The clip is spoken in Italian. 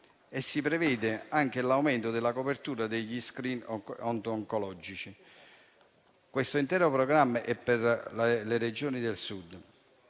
Si prevede anche l'aumento della copertura degli *screening* oncologici. Questo intero programma è per le Regioni del Sud.